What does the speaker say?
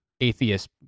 atheist